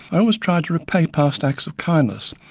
i always tried to repay past acts of kindness